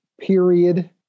Period